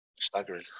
Staggering